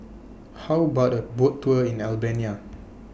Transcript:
How about A Boat Tour in Albania